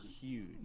huge